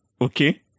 okay